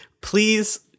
Please